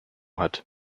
hat